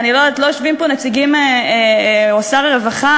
עוד אני מוצא לנכון לציין כי לאחרונה